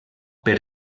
per